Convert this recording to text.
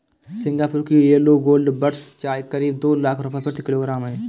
Singapore की yellow gold buds चाय करीब दो लाख रुपए प्रति किलोग्राम है